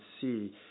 see